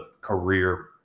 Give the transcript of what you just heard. career